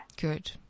Good